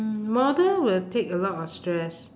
mm model will take a lot of stress